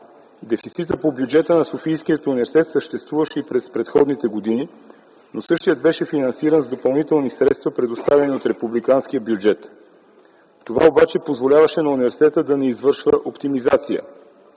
Дефицитът по бюджета на Софийския университет съществуваше и в предходните години, но същият беше финансиран с допълнителни средства, предоставени от републиканския бюджет. Това обаче позволяваше на университета да не извършва оптимизация.